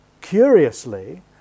curiously